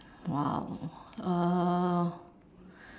!wow! uh